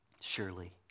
Surely